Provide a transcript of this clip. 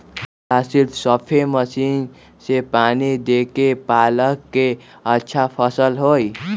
का सिर्फ spray machine से पानी देके पालक के अच्छा फसल होई?